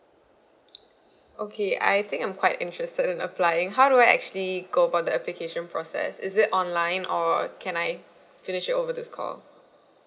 okay I think I'm quite interested in applying how do I actually go about the application process is it online or can I finish it over this call